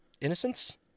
Innocence